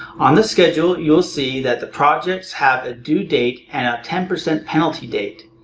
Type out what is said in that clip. on the schedule you will see that the projects have a due date and a ten percent penalty date.